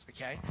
Okay